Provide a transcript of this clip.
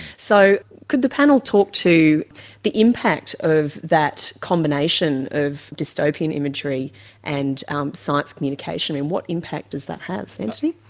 so could the panel talk to the impact of that combination of dystopian imagery and science communication, and what impact does that have? antony?